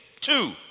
Two